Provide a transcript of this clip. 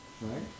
Right